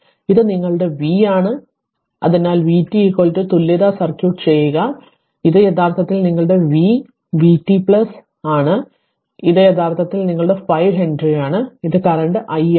ഇത് നിങ്ങളുടെ v ആണ് അതിനാൽ vt തുല്യതാ സർക്യൂട്ട് ചെയ്യുക അതിനാൽ ഇത് യഥാർത്ഥത്തിൽ നിങ്ങളുടെ v vt പ്ലസ് ആണ് ഇത് യഥാർത്ഥത്തിൽ നിങ്ങളുടെ 5 ഹെൻറിയാണ് ഇത് കറന്റ് i ആണ്